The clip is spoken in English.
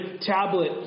tablet